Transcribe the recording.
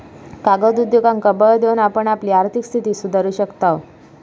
कागद उद्योगांका बळ देऊन आपण आपली आर्थिक स्थिती सुधारू शकताव